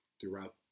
throughout